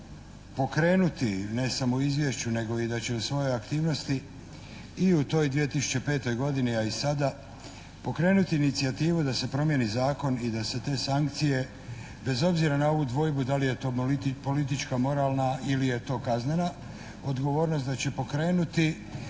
pokrenuti ne samo u izvješću nego da će i u svojoj aktivnosti i u toj 2005. godini a i sada, pokrenuti inicijativu da se promijeni zakon i da se te sankcije bez obzira na ovu dvojbu da li je to politička, moralna ili je to kaznena odgovornost da će pokrenuti